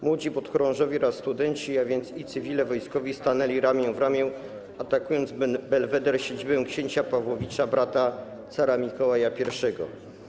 Młodzi podchorążowie oraz studenci, a więc i cywile, i wojskowi, stanęli ramię w ramię, atakując Belweder, siedzibę księcia Pawłowicza - brata cara Mikołaja I.